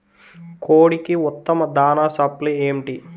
కోడికి ఉత్తమ దాణ సప్లై ఏమిటి?